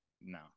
No